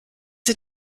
sie